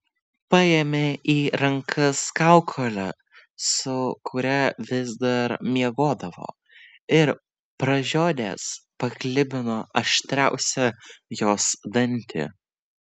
paėmė į rankas kaukolę su kuria vis dar miegodavo ir pražiodęs paklibino aštriausią jos dantį